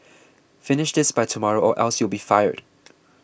finish this by tomorrow or else you'll be fired